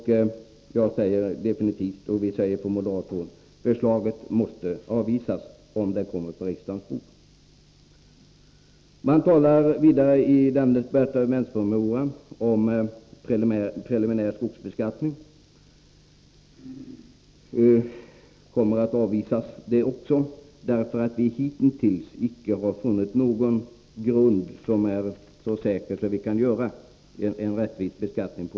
Vi säger definitivt från moderat håll: Förslaget måste avvisas, om det kommer på riksdagens bord. Man talar vidare i denna departementspromemoria om preliminär skogsbeskattning, och ett sådant förslag kommer också att avvisas. Vi har hitintills icke funnit någon grund på vilken vi kan skapa en rättvis beskattning.